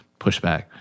pushback